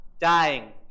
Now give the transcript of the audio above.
dying